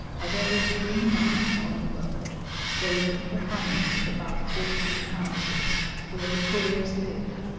at every three miles on the road there is a little hamlet of about fourteen houses where the couriers live,